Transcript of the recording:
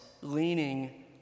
leaning